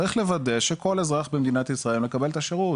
צריך לוודא שכל אזרח במדינת ישראל מקבל את השירות,